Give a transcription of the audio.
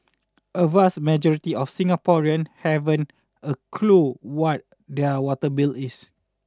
a vast majority of Singaporean haven't a clue what their water bill is